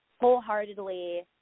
wholeheartedly